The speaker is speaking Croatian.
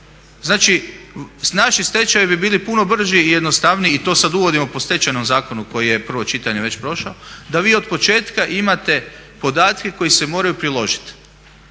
Znači naši stečajevi bi bili puno brži i jednostavniji i to sad uvodimo po Stečajnom zakonu koji je prvo čitanje već prošao, da vi od početka imate podatke koji se moraju priložit.